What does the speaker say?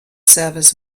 servers